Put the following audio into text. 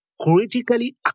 critically